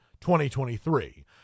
2023